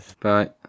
Bye